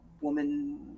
woman